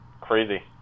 crazy